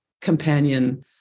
companion